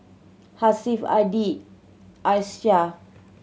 Hasif Adi Aishah